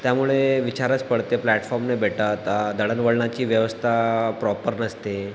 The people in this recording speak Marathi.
त्यामुळे विचारच पडते प्लॅटफॉर्म नाही भेटत दळणवळणाची व्यवस्था प्रॉपर नसते